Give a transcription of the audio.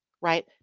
right